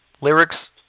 lyrics